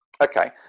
Okay